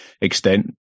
extent